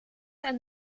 ein